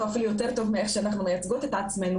אפילו עוד יותר טוב מאיך שאנחנו מייצגות את עצמנו,